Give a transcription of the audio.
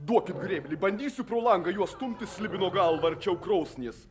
duokit grėblį bandysiu pro langą juo stumti slibino galvą arčiau krosnies